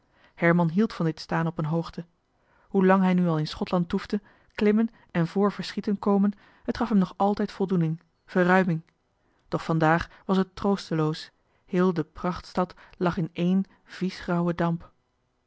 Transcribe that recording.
herman hield van dit staan op een hoogte hoe lang hij nu al in schotland toefde klimmen en vr verschieten komen het gaf hem nog altijd voldoening verruiming doch vandaag was het troosteloos heel de prachtstad lag in één vies grauwen damp